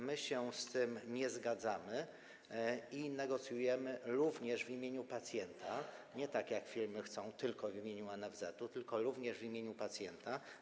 My się z tym nie zgadzamy i negocjujemy również w imieniu pacjenta - nie tak jak firmy chcą, tylko w imieniu NFZ, tylko również w imieniu pacjenta.